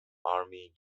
army